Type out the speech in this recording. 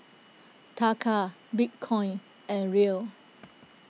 Taka Bitcoin and Riel